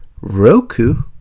Roku